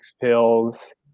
pills